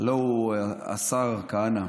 הלוא הוא השר כהנא.